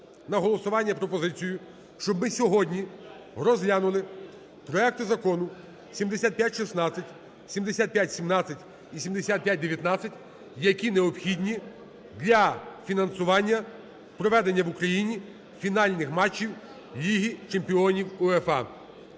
на голосування пропозицію, щоб ми сьогодні розглянули проекти закону 7516, 7517 і 7519, які необхідні для фінансування проведення в Україні фінальних матчів Ліги чемпіонів УЄФА.